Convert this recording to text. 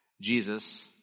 Jesus